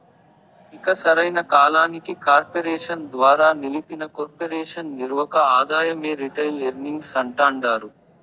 ఇక సరైన కాలానికి కార్పెరేషన్ ద్వారా నిలిపిన కొర్పెరేషన్ నిర్వక ఆదాయమే రిటైల్ ఎర్నింగ్స్ అంటాండారు